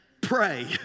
Pray